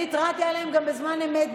אני התרעתי עליהם גם בזמן אמת,